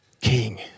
king